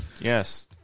yes